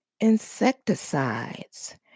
insecticides